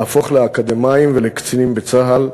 להפוך לאקדמאים ולקצינים בצה"ל.